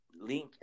Link